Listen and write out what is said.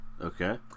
Okay